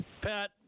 Pat